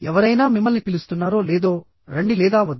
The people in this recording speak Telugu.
ఎవరైనా మిమ్మల్ని పిలుస్తున్నారో లేదో రండి లేదా వద్దు